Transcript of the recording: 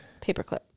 Paperclip